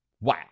Wow